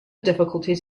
difficulties